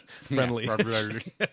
Friendly